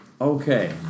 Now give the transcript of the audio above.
Okay